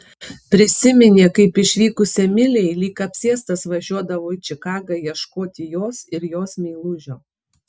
prisiminė kaip išvykus emilijai lyg apsėstas važiuodavo į čikagą ieškoti jos ir jos meilužio